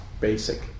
basic